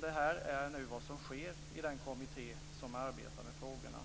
Detta är nu vad som sker i den kommitté som arbetar med frågorna.